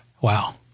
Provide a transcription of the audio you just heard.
Wow